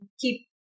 keep